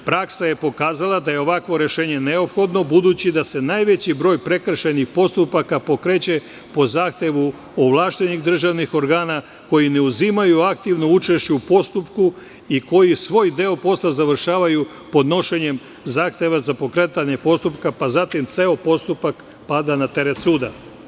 Praksa je pokazala da je ovakvo rešenje neophodno, budući da se najveći broj prekršajnih postupaka pokreće po zahtevu ovlašćenih državnih organa, koji ne uzimaju aktivno učešće u postupku i koji svoj deo posla završavaju podnošenjem zahteva za pokretanje postupka, pa zatim ceo postupak pada na teret suda.